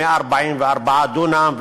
144 דונם,